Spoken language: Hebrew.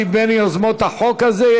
שהיא מיוזמי החוק הזה,